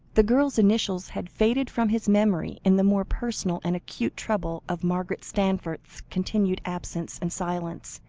the girl's initials had faded from his memory, in the more personal and acute trouble of margaret stanforth's continued absence and silence,